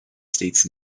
states